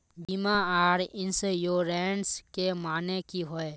बीमा आर इंश्योरेंस के माने की होय?